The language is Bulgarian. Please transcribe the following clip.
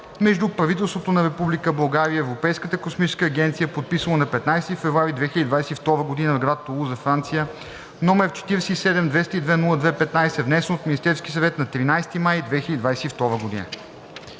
между правителството на Република България и Европейската космическа агенция, подписано на 15 февруари 2022 г. в град Тулуза, Франция, № 47-202-02-15, внесен от Министерския съвет на 13 май 2022 г.“